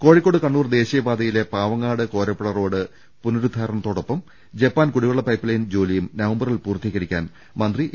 കോഴിക്കോട് കണ്ണൂർ ദേശീയപാതയിലെ Pavangad Korappuzha road പുനരുദ്ധാരണത്തോടൊപ്പം Japan കുടിവെള്ള പൈപ്പ് ലൈൻ ജോലിയും നവംബറിൽ പൂർത്തീകരിക്കാൻ മന്ത്രി എ